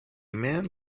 man